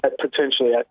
potentially